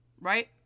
right